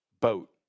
boat